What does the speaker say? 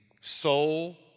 soul